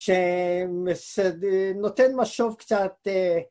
‫שמס.. אה.. נותן משוב קצת אה...